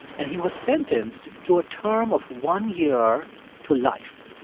and he was sentenced to a term of one year to life.